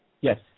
Yes